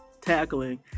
tackling